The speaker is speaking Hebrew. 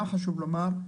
גם חשוב לומר,